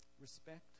respect